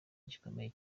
gikomeye